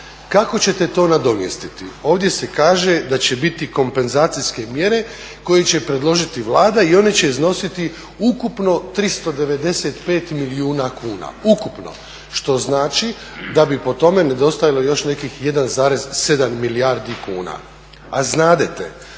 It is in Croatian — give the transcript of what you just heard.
Kako ćete to nadomjestiti? Ovdje se kaže da će biti kompenzacijske mjere koje će predložiti Vlada i one će iznositi ukupno 395 milijuna kuna, ukupno, što znači da bi po tome nedostajalo još nekih 1,7 milijardi kuna.